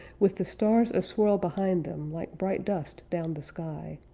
with the stars aswirl behind them like bright dust down the sky.